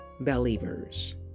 Believers